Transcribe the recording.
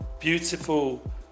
beautiful